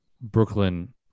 Brooklyn